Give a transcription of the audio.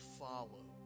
follow